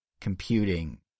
computing